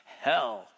hell